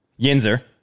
Yinzer